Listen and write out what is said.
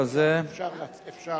לתשע